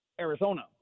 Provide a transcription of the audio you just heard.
Arizona